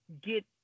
get